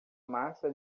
massa